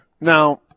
now